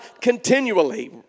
continually